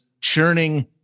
churning